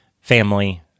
family